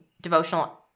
devotional